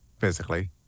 physically